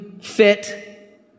fit